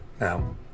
now